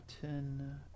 ten